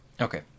Okay